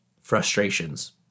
frustrations